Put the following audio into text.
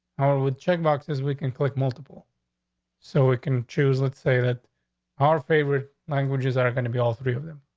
with check boxes, we can click multiple so we can choose. let's say that our favorite languages are going to be all three of them.